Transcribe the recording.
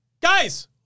Guys